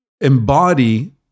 embody